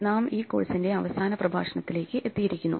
നാം ഈ കോഴ്സിന്റെ അവസാന പ്രഭാഷണത്തിലേക്ക് എത്തിയിരിക്കുന്നു